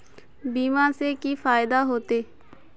बीमा से की फायदा होते?